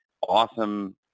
awesome